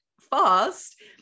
fast